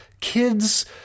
kids